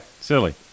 silly